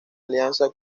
alianza